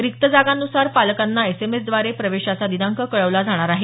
रिक्त जागांनुसार पालकांना एसएमएसद्वारे प्रवेशाचा दिनांक कळवला जाणार आहे